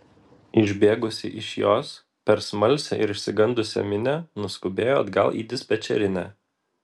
išbėgusi iš jos per smalsią ir išsigandusią minią nuskubėjo atgal į dispečerinę